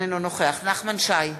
אינו נוכח נחמן שי,